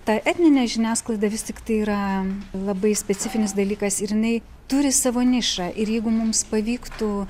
ta etninė žiniasklaida vis tiktai yra labai specifinis dalykas ir inai turi savo nišą ir jeigu mums pavyktų